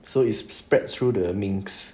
so it's spread through the minks